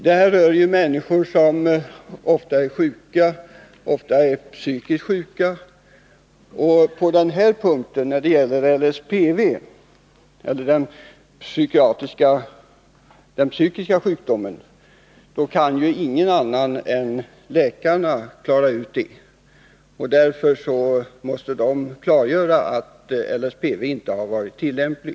Denna fråga rör människor som ofta är psykiskt sjuka, och på den punkten där det handlar om den psykiska sjukdomen kan ingen annan än läkaren klara ut förhållandet. Därför måste läkaren klargöra att LSPV inte har varit tillämplig.